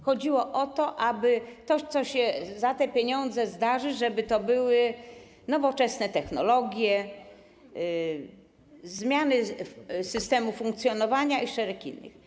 Chodziło o to, aby to, na co się te pieniądze przeznaczy, to były nowoczesne technologie, zmiany systemu funkcjonowania i szereg innych.